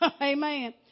Amen